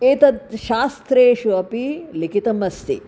एतद् शास्त्रेषु अपि लिखितमस्ति